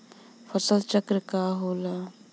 फसल चक्र का होला?